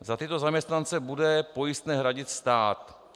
Za tyto zaměstnance bude pojistné hradit stát.